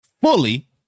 fully